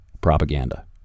propaganda